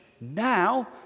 Now